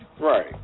Right